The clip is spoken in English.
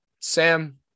Sam